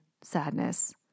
sadness